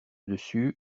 dessus